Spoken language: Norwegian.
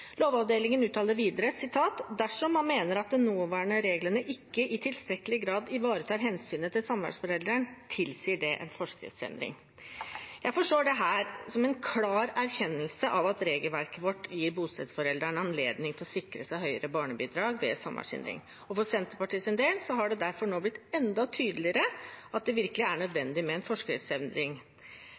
Lovavdelingen uttaler videre: «Dersom man mener at de nåværende reglene ikke i tilstrekkelig grad ivaretar hensynet til samværsforelderen, tilsier det en forskriftsendring.» Jeg forstår dette som en klar erkjennelse av at regelverket vårt gir bostedsforelderen anledning til å sikre seg større barnebidrag ved samværshindring. For Senterpartiets del har det derfor nå blitt enda tydeligere at det virkelig er nødvendig med en forskriftsendring.